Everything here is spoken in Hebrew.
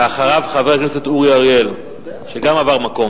ואחריו, חבר הכנסת אורי אריאל, שגם עבר מקום.